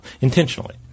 intentionally